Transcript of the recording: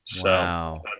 Wow